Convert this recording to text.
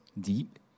deep